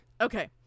Okay